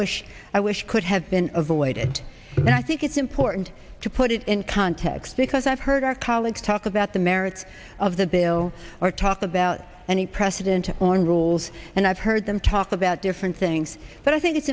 wish i wish could have been avoided and i think it's important to put it in context because i've heard our colleagues talk about the merits of the bill or talk about any precedent on rules and i've heard them talk about different things but i think it's